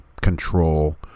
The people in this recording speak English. control